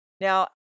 Now